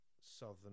southern